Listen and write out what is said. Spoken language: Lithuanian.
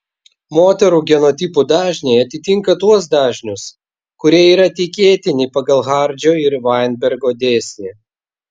moterų genotipų dažniai atitinka tuos dažnius kurie yra tikėtini pagal hardžio ir vainbergo dėsnį